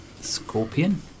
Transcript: scorpion